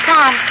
Tom